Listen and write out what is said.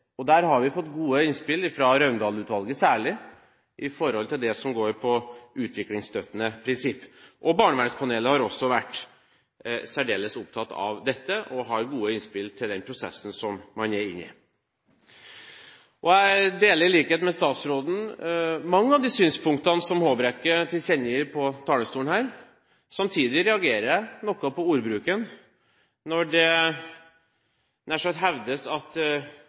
utviklingsstøttende prinsipper. Barnevernpanelet har også vært særdeles opptatt av dette og har gode innspill til den prosessen som man er inne i. Jeg deler, i likhet med statsråden, mange av de synspunktene som Håbrekke tilkjennegir fra denne talerstolen. Samtidig reagerer jeg noe på ordbruken når det nær sagt hevdes at